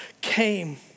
came